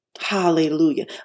Hallelujah